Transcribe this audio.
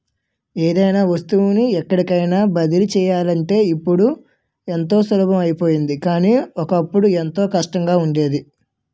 ఏదైనా వస్తువుని ఎక్కడికైన బదిలీ చెయ్యాలంటే ఇప్పుడు ఎంతో సులభం అయిపోయింది కానీ, ఒకప్పుడు ఎంతో కష్టంగా ఉండేది